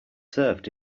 served